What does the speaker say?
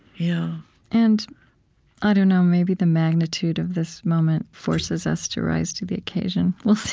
yeah and i don't know maybe the magnitude of this moment forces us to rise to the occasion. we'll see.